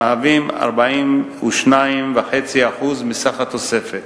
המהווים 42.5% מסך התוספת.